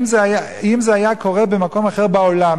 אם זה היה קורה במקום אחר בעולם,